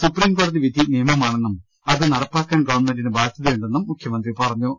supreme കോടതി വിധി നിയമമാണെന്നും അത് നടപ്പാക്കാൻ ഗവൺമെന്റിന് ബാധ്യതയുണ്ടെന്നും മുഖ്യമന്ത്രി പറ ഞ്ഞു